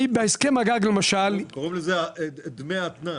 קוראים לזה דמי אתנן.